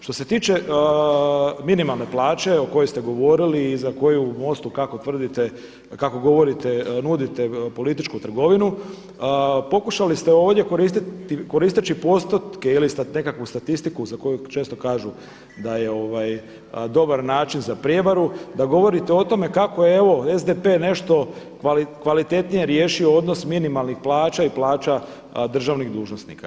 Što se tiče minimalne plaće o kojoj ste govorili i za koju u MOST-u kako tvrdite, kako govorite nudite političku trgovinu pokušali ste ovdje koristeći postotke ili nekakvu statistiku za koju često kažu da je dobar način za prijevaru, da govorite kako evo SDP nešto kvalitetnije riješio odnos minimalnih plaća i plaća državnih dužnosnika.